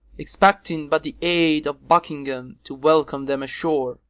expecting but the aid of buckingham to welcome them ashore.